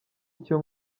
icyo